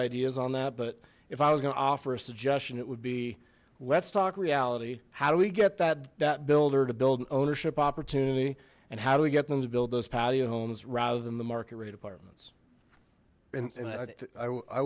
ideas on that but if i was gonna offer a suggestion it would be let's talk reality how do we get that debt builder to build an ownership opportunity and how do we get them to build those patio homes rather than the market rate apartments and i